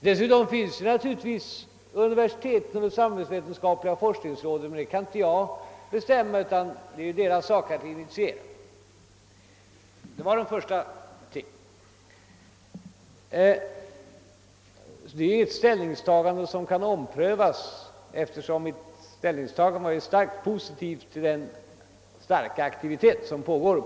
Dessutom finns universiteten och de samhällsvetenskapliga forskningsråden, men över deras arbe beteenden och handlingsmönster te kan jag inte bestämma, utan det är deras sak att initiera. Mitt ställningstagande kan sålunda inte omprövas, eftersom det var starkt positivt till de stora aktiviteter som pågår.